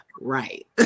right